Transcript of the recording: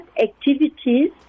activities